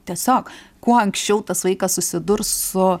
tiesiog kuo anksčiau tas vaikas susidurs su